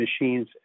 machines